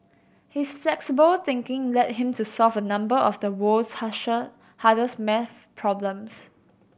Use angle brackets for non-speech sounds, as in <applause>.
his flexible thinking led him to solve a number of the world's <unintelligible> hardest maths problems